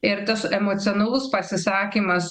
ir tas emocionalus pasisakymas